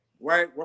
right